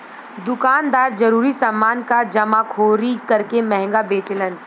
दुकानदार जरूरी समान क जमाखोरी करके महंगा बेचलन